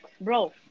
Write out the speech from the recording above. Bro